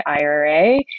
IRA